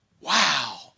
Wow